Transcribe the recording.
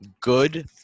good